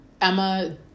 Emma